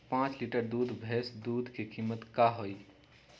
पाँच लीटर भेस दूध के कीमत का होई?